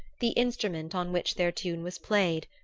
the instrument on which their tune was played,